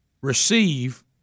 receive